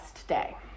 today